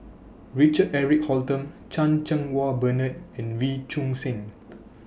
Richard Eric Holttum Chan Cheng Wah Bernard and Wee Choon Seng